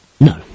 no